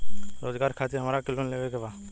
रोजगार खातीर हमरा के लोन लेवे के बा?